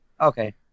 Okay